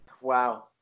Wow